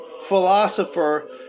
philosopher